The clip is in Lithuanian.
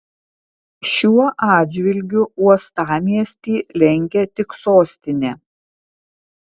šiuo atžvilgiu uostamiestį lenkia tik sostinė